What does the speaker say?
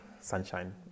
sunshine